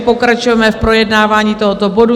Pokračujeme v projednávání tohoto bodu.